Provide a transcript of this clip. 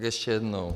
Ještě jednou.